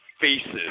faces